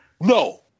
no